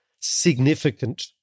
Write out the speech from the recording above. significant